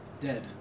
Dead